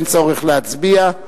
אין צורך להצביע,